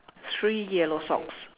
three yellow socks